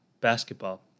basketball